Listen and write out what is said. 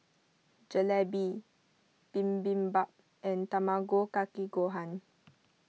Jalebi Bibimbap and Tamago Kake Gohan